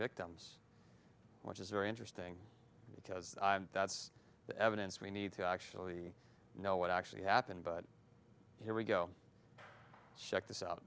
victims which is very interesting because that's the evidence we need to actually know what actually happened but here we go check this out